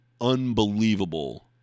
unbelievable